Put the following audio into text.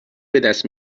بدست